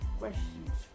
questions